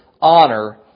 honor